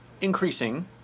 increasing